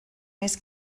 més